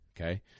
Okay